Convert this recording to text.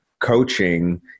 coaching